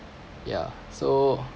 yeah so